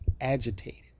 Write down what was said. agitated